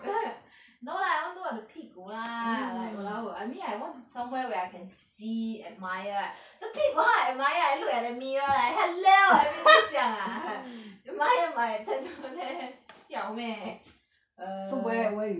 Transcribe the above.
no lah I won't do on the 屁股 lah like !walao! I mean like I want it somewhere where I can see admire ah the 屁股 how I admire I look at the mirror eh hello everybody 这样 ah admire my tattooed ass siao meh err